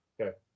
Okay